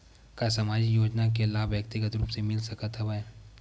का सामाजिक योजना के लाभ व्यक्तिगत रूप ले मिल सकत हवय?